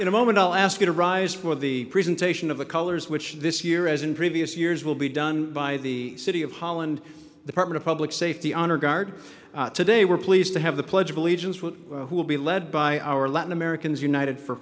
in a moment i'll ask you to rise for the presentation of the colors which this year as in previous years will be done by the city of holland the partner of public safety honor guard today we're pleased to have the pledge of allegiance one who will be led by our latin americans united for